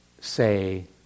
say